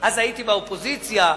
כן, אני יודע,